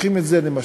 הופכים את זה למשבר.